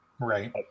right